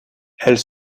elles